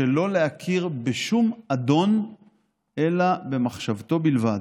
שלא להכיר בשום אדון אלא במחשבתו בלבד,